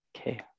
Okay